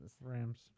Rams